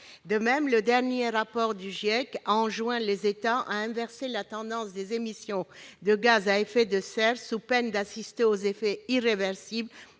De même, le dernier rapport du GIEC a enjoint aux États d'inverser la tendance d'une augmentation des émissions de gaz à effet de serre, sous peine d'assister aux effets irréversibles